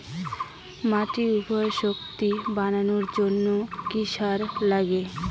মাটির উর্বর শক্তি বাড়ানোর জন্য কি কি সার লাগে?